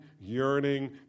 yearning